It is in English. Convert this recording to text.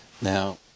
now